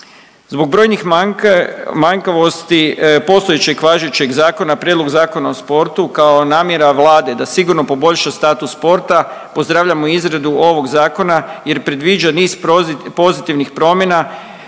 Zbog brojnih manjkavosti postojećeg važećeg Zakona, Prijedlog Zakona o sportu kao namjera Vlade da sigurno poboljša status sporta, pozdravljamo izradu ovog Zakona jer predviđa niz pozitivnih promjena